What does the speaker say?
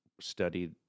study